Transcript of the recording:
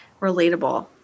relatable